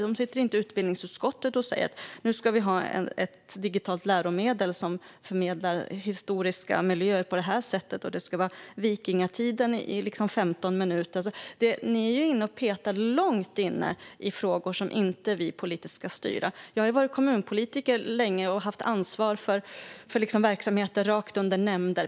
Vi i utbildningsutskottet ska inte bestämma att Sverige ska ha ett digitalt läromedel som förmedlar historiska miljöer på ett visst sätt och att vikingatiden ska få 15 minuter och så vidare. Ni är långt in och petar i frågor som inte ska styras politiskt. Jag har varit kommunpolitiker länge och haft ansvar för verksamheter rakt under nämnder.